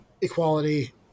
equality